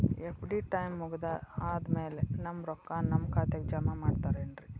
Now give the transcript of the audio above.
FD time ಮುಗಿದಾದ್ ಮ್ಯಾಲೆ ನಮ್ ರೊಕ್ಕಾನ ನಮ್ ಖಾತೆಗೆ ಜಮಾ ಮಾಡ್ತೇರೆನ್ರಿ?